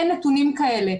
אין נתונים כאלה.